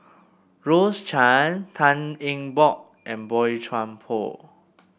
Rose Chan Tan Eng Bock and Boey Chuan Poh